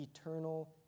eternal